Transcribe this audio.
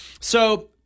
So-